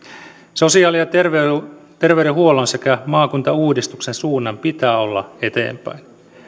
sosiaali ja terveydenhuollon sekä maakuntauudistuksen suunnan pitää olla eteenpäin